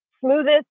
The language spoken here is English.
smoothest